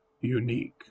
unique